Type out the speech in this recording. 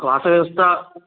वासव्यवस्था